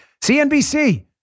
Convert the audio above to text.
CNBC